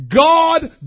God